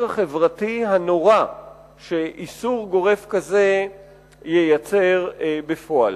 החברתי הנורא שאיסור גורף כזה ייצר בפועל.